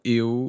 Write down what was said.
eu